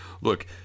look